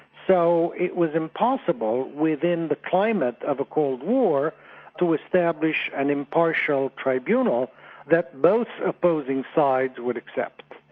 so it was impossible within the climate of a cold war to establish an impartial tribunal that both opposing sides would accept.